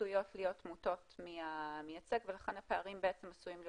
עשויות להיות מוטות מהמייצג ולכן הפערים עשויים להיות